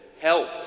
Help